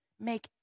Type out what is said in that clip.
Make